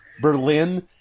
Berlin